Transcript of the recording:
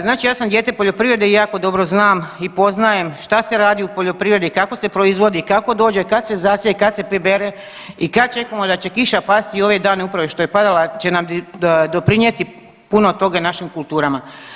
Znači ja sam dijete poljoprivrede i jako dobro znam i poznajem šta se radi u poljoprivredi, kako se proizvodi, kako dođe, kad se zasije, kad se pobere i kad čekamo da će kiša pasti i ove dane upravo što je padala će nam doprinijeti puno toga i našim kulturama.